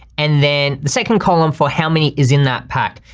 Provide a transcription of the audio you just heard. and then the second column for how many is in that pack.